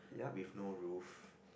with no roof